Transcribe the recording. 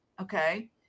okay